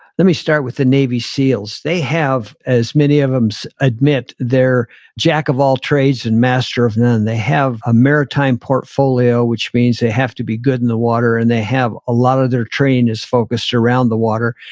let me start with the navy seals. they have as many of them um so admit they're jack of all trades and master of none. and they have a maritime portfolio, which means they have to be good in the water and they have a lot of their training is focused around the water.